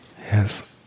Yes